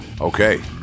Okay